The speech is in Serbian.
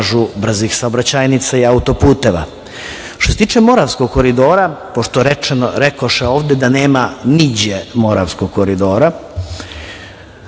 brzih saobraćajnica i autoputeva. Što se tiče Moravskog koridora, pošto rekoše ovde da nema „niđe“ Moravskog koridora,